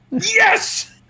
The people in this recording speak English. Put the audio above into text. Yes